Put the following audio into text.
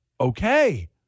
okay